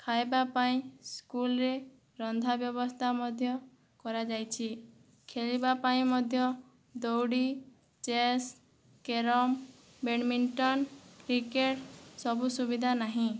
ଖାଇବା ପାଇଁ ସ୍କୁଲରେ ରନ୍ଧା ବ୍ୟବସ୍ଥା ମଧ୍ୟ କରାଯାଇଛି ଖେଳିବା ପାଇଁ ମଧ୍ୟ ଦୌଡ଼ି ଚେସ୍ କ୍ୟାରମ୍ ବେଡ଼ମିଣ୍ଟନ୍ କ୍ରିକେଟ୍ ସବୁ ସୁବିଧା ନାହିଁ